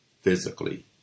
physically